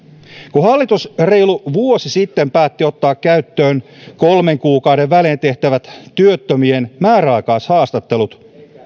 kun hallitus reilu vuosi sitten päätti ottaa käyttöön kolmen kuukauden välein tehtävät työttömien määräaikaishaastattelut